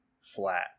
flat